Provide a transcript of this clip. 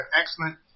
excellent –